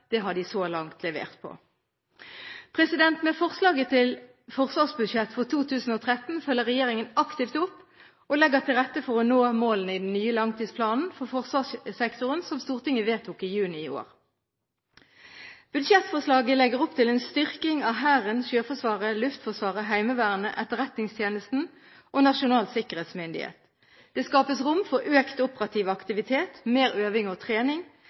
Det har de så langt levert på. Med forslaget til forsvarsbudsjett for 2013 følger regjeringen aktivt opp og legger til rette for å nå målene i den nye langtidsplanen for forsvarssektoren, som Stortinget vedtok i juni i år. Budsjettforslaget legger opp til en styrking av Hæren, Sjøforsvaret, Luftforsvaret, Heimevernet, Etterretningstjenesten og Nasjonal sikkerhetsmyndighet. Det skapes rom for økt operativ aktivitet, mer øving og trening,